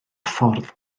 ffordd